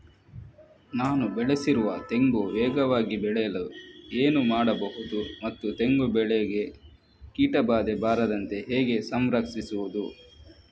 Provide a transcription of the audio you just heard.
ನಾನು ಬೆಳೆಸಿರುವ ತೆಂಗು ವೇಗವಾಗಿ ಬೆಳೆಯಲು ಏನು ಮಾಡಬಹುದು ಮತ್ತು ತೆಂಗು ಬೆಳೆಗೆ ಕೀಟಬಾಧೆ ಬಾರದಂತೆ ಹೇಗೆ ಸಂರಕ್ಷಿಸುವುದು?